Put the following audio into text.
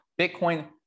Bitcoin